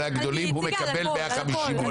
על הגדולים הוא מקבל 150. היא הציגה על הכול,